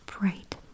bright